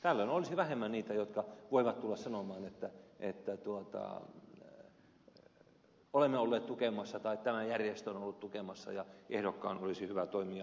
tällöin olisi vähemmän niitä jotka voivat tulla sanomaan että olemme olleet tukemassa tai tämä järjestö on ollut tukemassa ja ehdokkaan olisi hyvä toimia niin ja näin